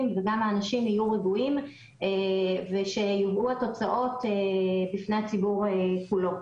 וגם האנשים יהיו רגועים ושיובאו התוצאות בפני הציבור כולו.